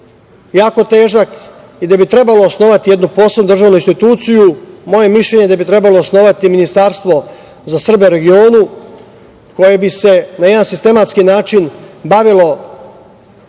jako težak i da bi trebalo osnovati jednu posebnu državnu instituciju. Moje mišljenje je da bi trebalo osnovati ministarstvo za Srbe u regionu, koje bi se na jedan sistematski način bavilo